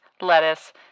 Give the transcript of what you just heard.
lettuce